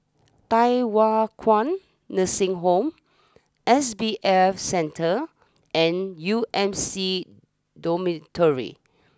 Thye Hua Kwan Nursing Home S B F Center and U M C Dormitory